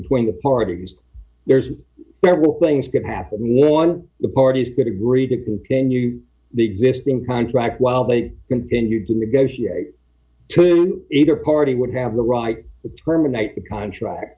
between the parties there's several things could happen one the parties could agree to continue the existing contract while they continue to negotiate to either party would have the right to terminate the contract